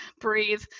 breathe